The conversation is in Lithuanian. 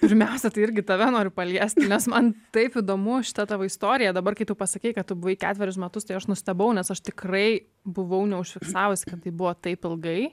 pirmiausia tai irgi tave noriu paliesti nes man taip įdomu šita tavo istorija dabar kai tu pasakei kad tu buvai ketverius metus tai aš nustebau nes aš tikrai buvau neužfiksavusi kad tai buvo taip ilgai